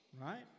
right